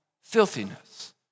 filthiness